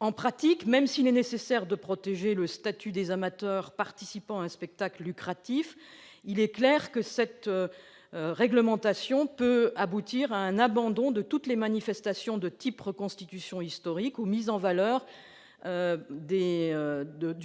En pratique, même s'il est nécessaire de protéger le statut des amateurs participant à un spectacle lucratif, il est clair que cette réglementation peut aboutir à l'abandon de toutes les manifestations proposant une reconstitution historique ou une mise en valeur du